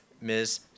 Ms